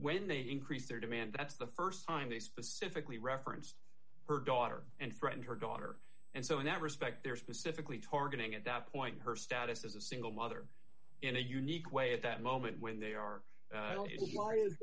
when they increased their demand that's the st time they specifically referenced her daughter and friend her daughter and so in that respect they're specifically targeting at that point her status as a single mother in a unique way at that moment when they are